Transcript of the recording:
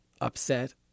upset